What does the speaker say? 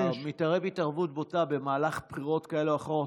אתה מתערב התערבות בוטה במהלך בחירות כאלה או אחרות.